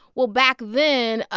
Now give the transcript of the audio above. well, back then,